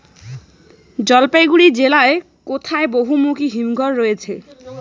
জলপাইগুড়ি জেলায় কোথায় বহুমুখী হিমঘর রয়েছে?